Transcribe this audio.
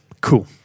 cool